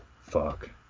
fuck